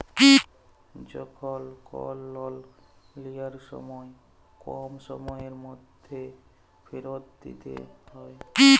যখল কল লল লিয়ার সময় কম সময়ের ম্যধে ফিরত দিইতে হ্যয়